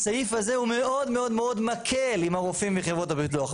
הסעיף הזה הוא מאוד מאוד מקל עם הרופאים בחברות הביטוח,